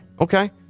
Okay